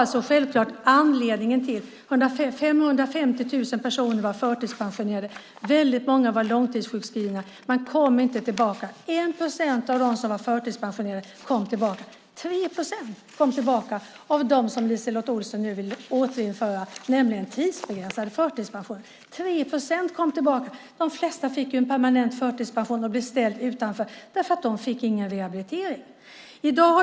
Det var anledningen till att 550 000 personer var förtidspensionerade. Väldigt många var långtidssjukskrivna. Man kom inte tillbaka. 1 procent av dem som var förtidspensionerade kom tillbaka. 3 procent kom tillbaka av dem med tidsbegränsad förtidspension, något som LiseLotte Olsson nu vill återinföra. De flesta fick en permanent förtidspension och blev ställda utanför eftersom de inte fick någon rehabilitering.